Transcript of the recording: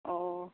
অঁ